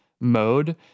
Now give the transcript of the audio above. mode